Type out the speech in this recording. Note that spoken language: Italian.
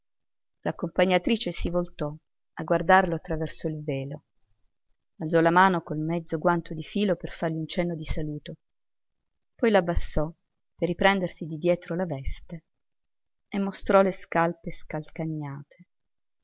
l'accompagnatrice si voltò a guardarlo attraverso il velo alzò la mano col mezzo guanto di filo per fargli un cenno di saluto poi l'abbassò per riprendersi di dietro la veste e mostrò le scarpe